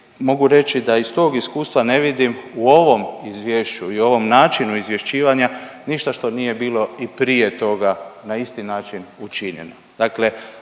mogu reći da iz tog iskustva ne vidim u ovom izvješću i ovom načinu izvješćivanja ništa što nije bolo i prije toga na isti način učinjeno.